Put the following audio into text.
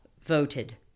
voted